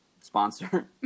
sponsor